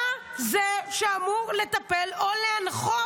אתה זה שאמור לטפל או להנחות.